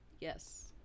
yes